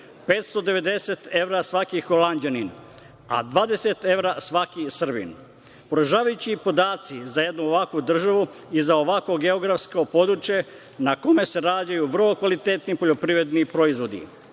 590 evra svaki Holanđanin, a 20 evra svaki Srbin. Poražavajući su podaci za jednu ovakvu državu i za ovakvo geografsko područje na kome se radi o vrlo kvalitetnim poljoprivrednim proizvodima. Inače,